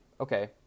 okay